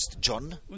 John